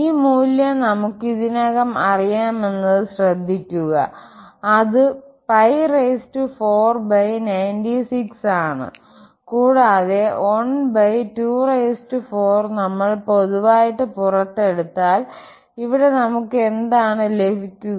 ഈ മൂല്യം ഞങ്ങൾക്ക് ഇതിനകം അറിയാമെന്നത് ശ്രദ്ധിക്കുക അത് 496 ആണ് കൂടാതെ 124നമ്മൾ പൊതുവായിട്ട് പുറത്തെടുത്താൽ ഇവിടെ നമുക്ക് എന്താണ് ലഭിക്കുക